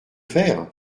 faire